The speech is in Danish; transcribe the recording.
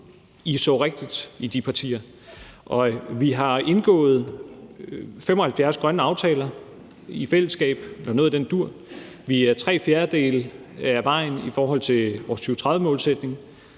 I så rigtigt i de partier, og vi har i fællesskab indgået 75 grønne aftaler, eller noget i den dur, og vi er nået tre fjerdedele af vejen i forhold til vores 2030-målsætning.